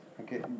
Okay